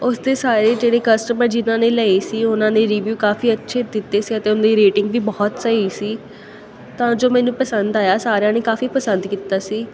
ਉਸ 'ਤੇ ਸਾਰੇ ਜਿਹੜੇ ਕਸਟਮਰ ਜਿਹਨਾਂ ਨੇ ਲਏ ਸੀ ਉਹਨਾਂ ਨੇ ਰਿਵਿਊ ਕਾਫੀ ਅੱਛੇ ਦਿੱਤੇ ਸੀ ਅਤੇ ਉਹਦੀ ਰੇਟਿੰਗ ਵੀ ਬਹੁਤ ਸਹੀ ਸੀ ਤਾਂ ਜੋ ਮੈਨੂੰ ਪਸੰਦ ਆਇਆ ਸਾਰਿਆਂ ਨੇ ਕਾਫੀ ਪਸੰਦ ਕੀਤਾ ਸੀ